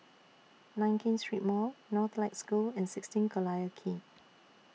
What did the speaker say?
Nankin Street Mall Northlight School and sixteen Collyer Quay